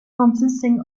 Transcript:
consisting